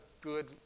good